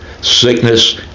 sickness